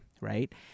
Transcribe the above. right